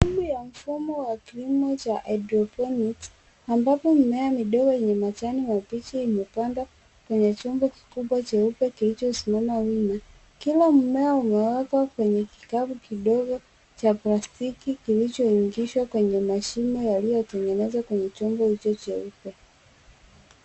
Chini ya mfumo wa kilimo cha hydrophonics ambapo mimea midogo yenye majani mabichi, imepandwa kwenye chombo kikubwa cheupe kilichosimama wima. Kila mmea umewekwa kwenye kikapu kidogo cha plastiki, kilichoingizwa kwenye mashimo yaliyotengenezwa kwenye chombo hicho cheupe.